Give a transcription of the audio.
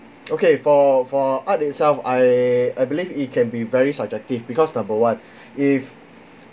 okay for for art itself I I believe it can be very subjective because number one if